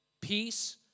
peace